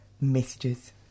messages